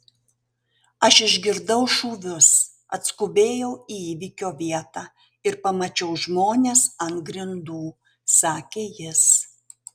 aš išgirdau šūvius atskubėjau į įvykio vietą ir pamačiau žmones ant grindų sakė jis